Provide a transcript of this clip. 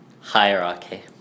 Hierarchy